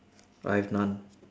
I have none